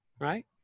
right